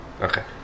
Okay